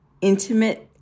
intimate